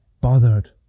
bothered